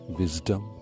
wisdom